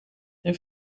een